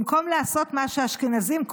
במקום לעשות מה שהאשכנזים,